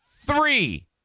three